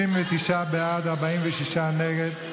39 בעד, 46 נגד.